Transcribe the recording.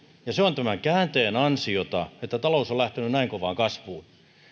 ja se on tämän käänteen ansiota että talous on lähtenyt näin kovaan kasvuun